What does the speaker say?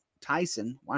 Tyson